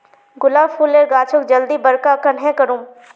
गुलाब फूलेर गाछोक जल्दी बड़का कन्हे करूम?